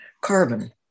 Carbon